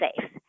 safe